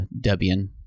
Debian